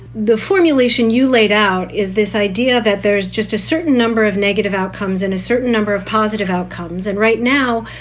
the formulation you laid out is this idea that there's just a certain number of negative outcomes in a certain number of positive outcomes. and right now,